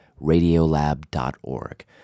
radiolab.org